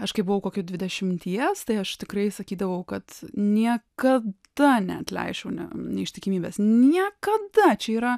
aš kai buvau kokių dvidešimties tai aš tikrai sakydavau kad niekada neatleisčiau neištikimybės niekada čia yra